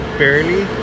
barely